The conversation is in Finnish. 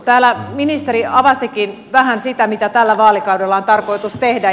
täällä ministeri avasikin vähän sitä mitä tällä vaalikaudella on tarkoitus tehdä